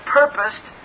purposed